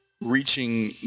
reaching